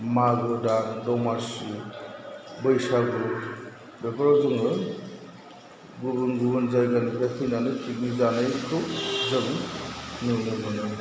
मागो दान दमासि बैसागु बेफोराव जोङो गुबुन गुबुन जायगानिफ्राय फैनानै फिकनिक जानायखौ जों नुनो मोनो